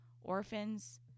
orphans